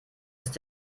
ist